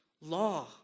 law